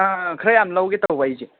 ꯑ ꯑ ꯈꯔꯌꯥꯝ ꯂꯧꯒꯦ ꯇꯧꯕ ꯑꯩꯁꯦ